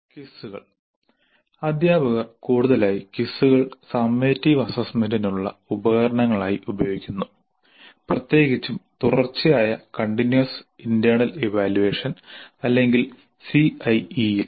ക്വിസുകൾ അധ്യാപകർ കൂടുതലായി ക്വിസുകൾ സമ്മേറ്റിവ് അസ്സസ്സ്മെന്റിനുള്ള ഉപകരണങ്ങളായി ഉപയോഗിക്കുന്നു പ്രത്യേകിച്ചും തുടർച്ചയായ കണ്ടിന്യുവസ് ഇന്റെർണൽ ഇവാല്യുവേഷൻ അല്ലെങ്കിൽ സിഐഇ യിൽ